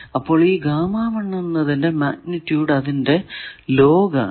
അപ്പോൾ ഈ എന്നതിന്റെ മാഗ്നിറ്റൂഡ് അതിന്റെ ലോഗ് ആണ്